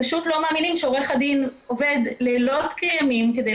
והם פשוט לא מאמינים שעורך הדין עובד לילות כימים כדי